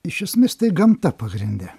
iš esmės tai gamta pagrinde